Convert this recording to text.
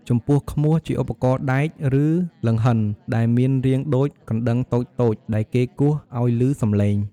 ចំពោះឃ្មោះ ជាឧបករណ៍ដែក ឬលង្ហិនដែលមានរាងដូចកណ្តឹងតូចៗ ដែលគេគោះឲ្យឮសំឡេង។